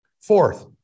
Fourth